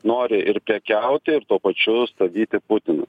nori ir prekiauti ir tuo pačiu stabdyti putiną